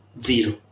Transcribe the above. zero